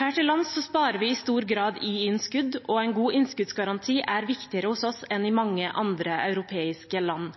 Her til lands sparer vi i stor grad i innskudd, og en god innskuddsgaranti er viktigere hos oss enn i mange andre europeiske land.